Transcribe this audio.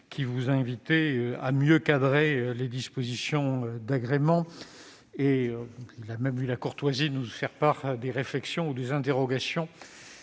qui vous a invitée à mieux cadrer les dispositions d'agrément. Il a même eu la courtoisie de nous faire part des réflexions ou des interrogations